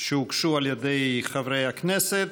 שהוגשו על ידי חברי הכנסת.